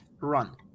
Run